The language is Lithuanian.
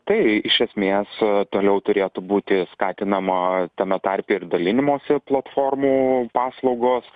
tai iš esmės toliau turėtų būti skatinama tame tarpe ir dalinimosi platformų paslaugos